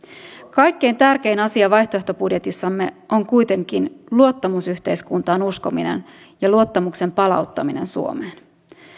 kaikkein tärkein asia vaihtoehtobudjetissamme on kuitenkin luottamusyhteiskuntaan uskominen ja luottamuksen palauttaminen suomeen